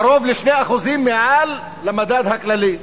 קרוב ל-2% מעל המדד הכללי.